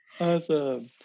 awesome